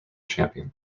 champion